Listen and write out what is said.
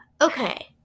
Okay